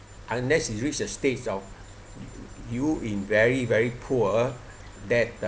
unless you reach a stage of you in very very poor that